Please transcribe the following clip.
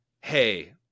Hey